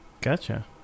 Gotcha